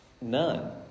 None